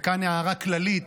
וכאן הערה כללית,